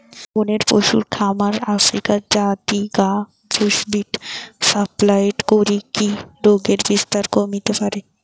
বনের পশুর খামার আফ্রিকার জাতি গা কে বুশ্মিট সাপ্লাই করিকি রোগের বিস্তার কমিতে পারে